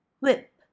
whip